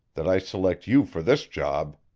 that i select you for this job.